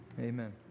Amen